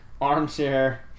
armchair